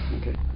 okay